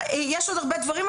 יש עוד הרבה דברים,